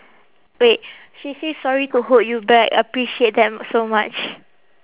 wait she say sorry to hold you back appreciate that so much